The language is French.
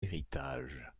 héritage